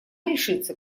решится